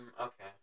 okay